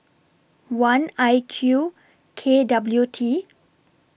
one I Q K W T